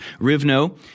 rivno